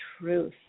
truth